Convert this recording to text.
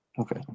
Okay